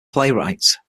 playwright